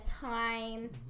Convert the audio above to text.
time